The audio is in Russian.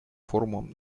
форумом